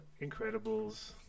Incredibles